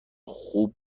خوب